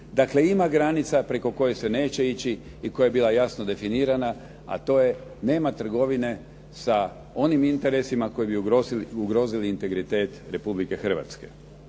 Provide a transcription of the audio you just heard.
Dakle, ima granica preko koje se neće ići i koja je bila jasno definirana, a to je nema trgovine sa onim interesima koji bi ugrozili integritet Republike Hrvatske.